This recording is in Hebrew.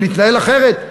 ונתנהל אחרת,